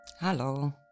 Hello